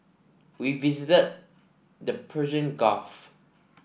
we visit the Persian Gulf